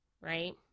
Right